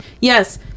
yes